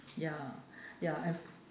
ya ya and